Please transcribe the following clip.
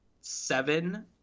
seven